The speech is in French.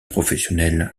professionnel